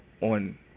on